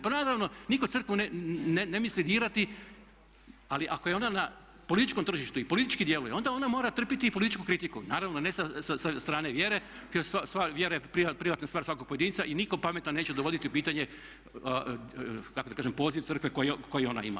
Pa naravno nitko crkvu ne misli dirati, ali ako je ona na političkom tržištu i politički djeluje onda ona mora trpiti i političku kritiku naravno ne sa strane vjere, jer stvar vjere je privatna stvar svakog pojedinca i nitko pametan neće dovoditi u pitanje kako da kažem poziv crkve koji ona ima.